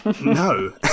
No